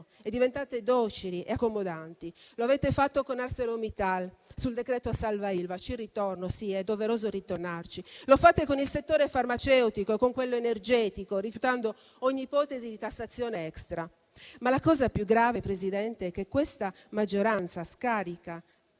e diventate docili e accomodanti. Lo avete fatto con ArcelorMittal sul decreto-legge salva Ilva (ci ritorno, sì, perché è doveroso farlo), lo fate con il settore farmaceutico e con quello energetico rifiutando ogni ipotesi di tassazione extra. Tuttavia, la cosa più grave è che questa maggioranza scarica